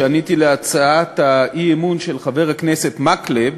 כשעניתי על הצעת האי-אמון של חבר הכנסת מקלב,